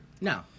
No